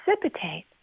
precipitate